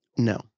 No